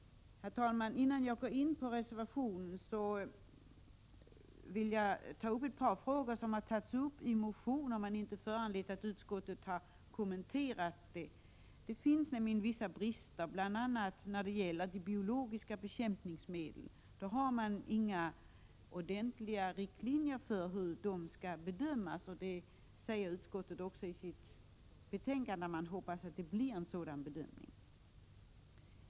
Herr talman! Innan jag går in på reservationerna vill jag ta upp ett par frågor som berörts i motioner men som inte föranlett några kommentarer från utskottet. Det finns vissa brister i kemikaliekontrollen, bl.a. när det gäller användningen av de biologiska bekämpningsmedlen. Det har inte utfärdats några ordentliga riktlinjer för hur de skall bedömas. Utskottet säger emellertid i betänkandet att man hoppas att den frågan kommer att prövas.